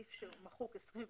סעיף 21,